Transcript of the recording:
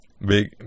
Big